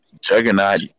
Juggernaut